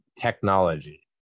technology